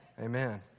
amen